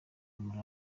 muri